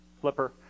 flipper